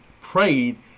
prayed